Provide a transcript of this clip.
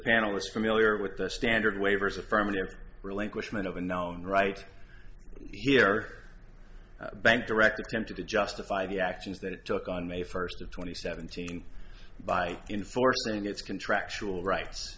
panelists familiar with the standard waivers affirmative relinquishment of unknown right here bank direct attempted to justify the actions that took on may first of twenty seventeen by enforcing its contractual rights